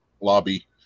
lobby